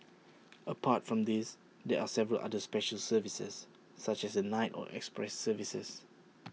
apart from these there are several other special services such as the night or express services